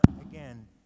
again